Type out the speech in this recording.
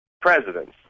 presidents